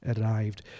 arrived